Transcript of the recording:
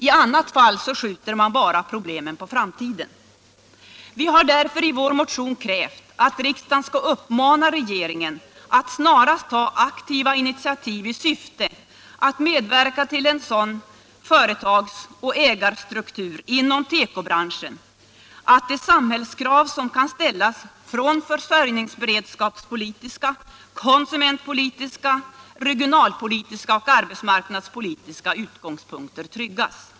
I annat fall skjuter man bara problemen på framtiden. Vi har därför i vår motion krävt att riksdagen skall uppmana regeringen att snarast ta aktiva initiativ i syfte att medverka till en sådan företagsoch ägarstruktur inom tekobranschen att de samhällskrav som kan ställas från försörjningsberedskapspolitiska, konsumentpolitiska, regionalpolitiska och arbetsmarknadspolitiska utgångspunkter tryggas.